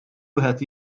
wieħed